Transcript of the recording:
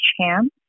chance